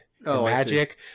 magic